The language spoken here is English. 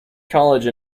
college